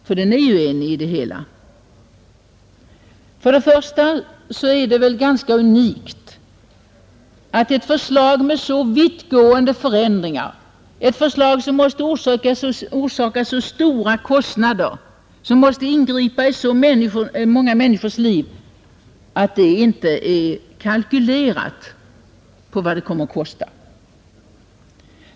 För det första är det unikt beträffande ett förslag med så vittgående förändringar, ett förslag som måste orsaka så stora kostnader och ingripa i så många människors liv, att det inte har kalkylerats med vad det förslaget kommer att kosta.